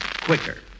quicker